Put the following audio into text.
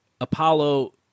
Apollo